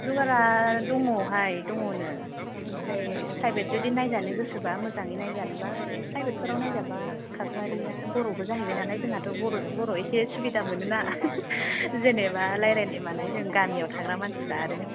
जगारा दङाहाय दङनो ओमफ्राय प्राइभेट जुदि नायजानो गोसोब्ला मोजाङै नायजानोब्ला प्राइभेटफोराव नायजाब्ला खाख्लारिया बर'बो जाहैबाय नालाय जोंहाथ' बर'जों बर' एसे सुबिदा मोनोना जेनेबा रायज्लायनाय मानाय जों गामियाव थाग्रा मानसिया आरो